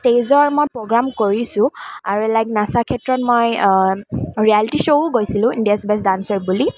ষ্টেজৰ মই প্ৰ'গ্ৰাম কৰিছোঁ আৰু লাইক নচাৰ ক্ষেত্ৰত মই ৰিয়েলিটি শ্ব'ও গৈছিলোঁ ইণ্ডিয়াজ বেষ্ট ডান্সাৰ বুলি